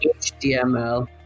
HTML